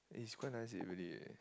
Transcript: it's quite nice eh really eh